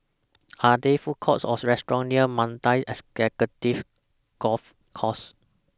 Are There Food Courts Or restaurants near Mandai Executive Golf Course